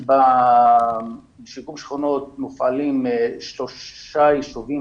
בשיקום שכונות מופעלים שלושה ישובים